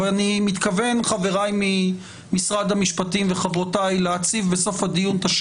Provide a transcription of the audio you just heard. אני חושב שאם אנחנו נבטל את הסעיף הזה ואתם תגנו על